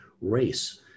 race